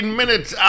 minutes